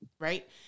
Right